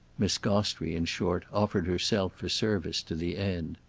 miss gostrey, in short, offered herself for service to the end.